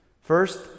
First